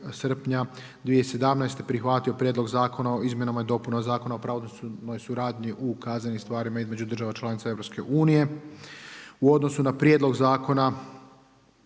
srpnja 2017. prihvatio Prijedlog zakona o izmjenama i dopunama Zakona o pravosudnoj suradnji u kaznenim stvarima između država članica EU. U odnosu na prijedlog zakona